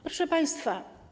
Proszę Państwa!